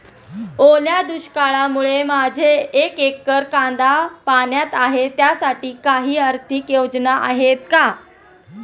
ओल्या दुष्काळामुळे माझे एक एकर कांदा पाण्यात आहे त्यासाठी काही आर्थिक योजना आहेत का?